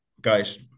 guys